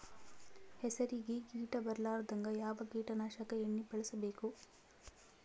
ಹೆಸರಿಗಿ ಕೀಟ ಬರಲಾರದಂಗ ಯಾವ ಕೀಟನಾಶಕ ಎಣ್ಣಿಬಳಸಬೇಕು?